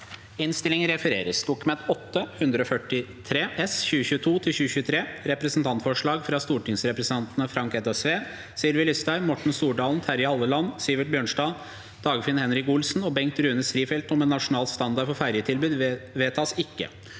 følgende v e d t a k : Dokument 8:143 S (2022–2023) – Representantforslag fra stortingsrepresentantene Frank Edvard Sve, Sylvi Listhaug, Morten Stordalen, Terje Halleland, Sivert Bjørnstad, Dagfinn Henrik Olsen og Bengt Rune Strifeldt om en nasjonal standard for ferjetilbudet – vedtas ikke.